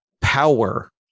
power